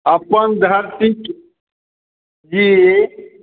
अपन धरतीक जे